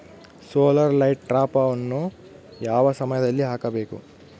Solar light ಟ್ರಾಪನ್ನು ಯಾವ ಸಮಯದಲ್ಲಿ ಹಾಕಬೇಕು?